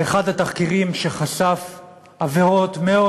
זה אחד התחקירים שחשף עבירות מאוד